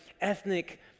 ethnic